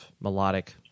melodic